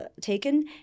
taken